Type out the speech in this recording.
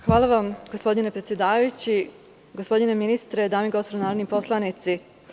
Hvala vam gospodine predsedavajući, gospodine ministre, dame i gospodo narodni poslanici.